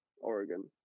oregon